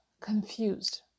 confused